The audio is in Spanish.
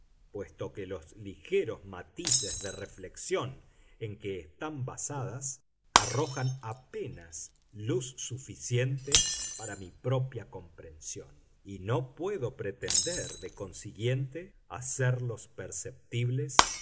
puesto que los ligeros matices de reflexión en que están basadas arrojan apenas luz suficiente para mi propia comprensión y no puedo pretender de consiguiente hacerlos perceptibles